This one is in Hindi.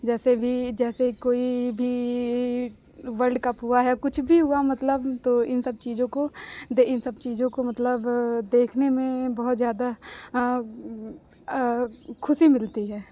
जैसे भी जैसे कोई भी वल्ड कप हुआ है कुछ भी हुआ मतलब तो इन सब चीज़ों को देख इन सब चीज़ों को मतलब देखने में बहुत ज़्यादा खुशी मिलती है